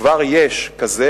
כבר יש כזה,